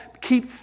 keep